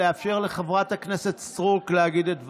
לאפשר לחברת הכנסת סטרוק להגיד את דברה,